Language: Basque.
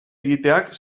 egiteak